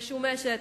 משומשת,